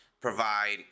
provide